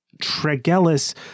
Tregellis